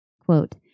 quote